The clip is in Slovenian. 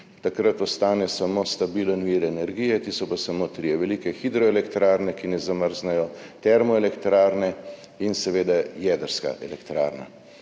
Takrat ostanejo samo stabilni viri energije, ti so pa samo trije, velike hidroelektrarne, ki ne zamrznejo, termoelektrarne in seveda jedrska elektrarna.